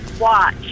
Watch